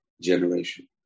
generation